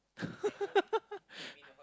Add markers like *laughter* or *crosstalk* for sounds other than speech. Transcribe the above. *laughs*